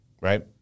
right